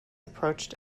approached